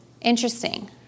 Interesting